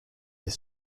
est